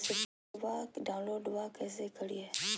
रेसिप्टबा डाउनलोडबा कैसे करिए?